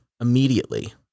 immediately